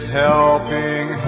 helping